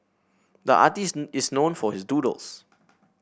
the artist is known for his doodles